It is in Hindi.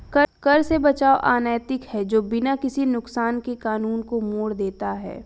कर से बचाव अनैतिक है जो बिना किसी नुकसान के कानून को मोड़ देता है